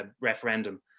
referendum